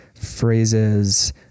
phrases